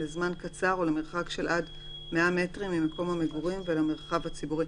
לזמן קצר ולמרחק של עד 100 מטרים ממקום המגורים ולמרחב הציבורי,